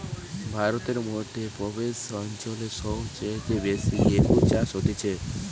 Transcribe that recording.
ভারতের মধ্য প্রদেশ অঞ্চল সব চাইতে বেশি গেহু চাষ হতিছে